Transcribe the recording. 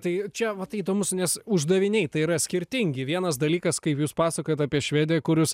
tai čia va tai įdomus nes uždaviniai yra skirtingi vienas dalykas kaip jūs pasakojat apie švediją kur jūs